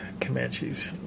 Comanches